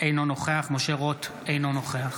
אינו נוכח משה רוט, אינו נוכח